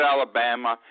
Alabama